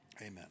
Amen